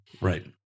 Right